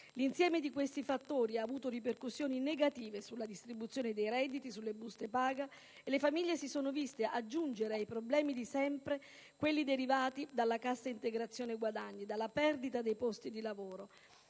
L'insieme di questi fattori ha avuto ripercussioni negative sulla distribuzione dei redditi e sulle buste paga, con le famiglie che si sono viste aggiungere ai problemi di sempre quelli derivanti dalla cassa integrazione guadagni, dalla perdita dei posti di lavoro